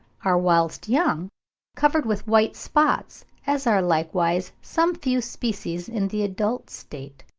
are whilst young covered with white spots, as are likewise some few species in the adult state.